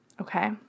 Okay